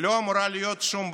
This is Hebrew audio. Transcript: לא אמורה להיות שום בעיה,